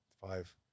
Five